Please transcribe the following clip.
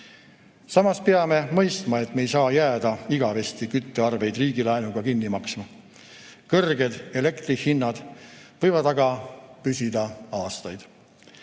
peame mõistma, et me ei saa jääda igavesti küttearveid riigilaenuga kinni maksma. Kõrged energiahinnad võivad aga püsida aastaid.